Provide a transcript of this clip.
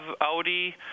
Audi